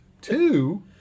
Two